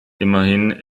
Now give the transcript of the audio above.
immerhin